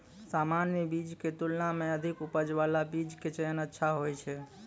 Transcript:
सामान्य बीज के तुलना मॅ अधिक उपज बाला बीज के चयन अच्छा होय छै